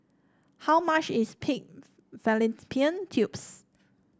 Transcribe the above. how much is Pigs Fallopian Tubes